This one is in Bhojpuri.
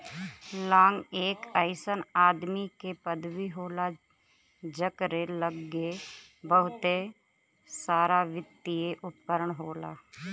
लांग एक अइसन आदमी के पदवी होला जकरे लग्गे बहुते सारावित्तिय उपकरण होला